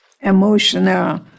emotional